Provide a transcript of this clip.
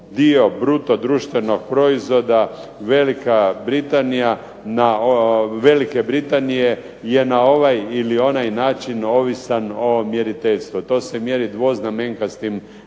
dio bruto društvenog proizvoda Velike Britanije je na ovaj ili onaj način ovisan o mjeriteljstvu. To se mjeri dvoznamenkastim brojevima.